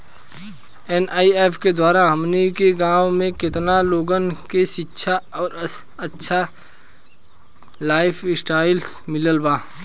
AIF के द्वारा हमनी के गांव में केतना लोगन के शिक्षा और अच्छा लाइफस्टाइल मिलल बा